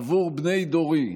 עבור בני דורי,